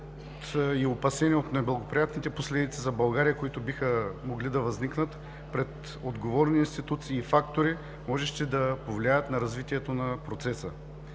и опасение от неблагоприятните последици за България, които биха могли да възникнат пред отговорни институции и фактори, можещи да повлияят на развитието на процеса.